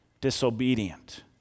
disobedient